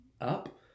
up